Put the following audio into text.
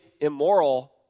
immoral